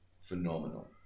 phenomenal